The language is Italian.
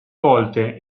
volte